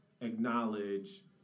acknowledge